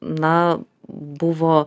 na buvo